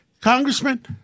Congressman